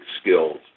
skills